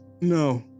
No